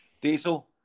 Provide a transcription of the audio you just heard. Diesel